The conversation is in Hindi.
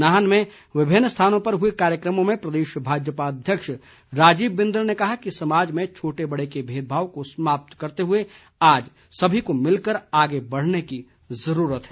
नाहन में विभिन्न स्थानों पर हुए कार्यक्रमों में प्रदेश भाजपा अध्यक्ष राजीव बिंदल ने कहा कि समाज में छोटे बड़े के भेदभाव को समाप्त करते हुए आज सभी को मिलकर आगे बढ़ने की जरूरत है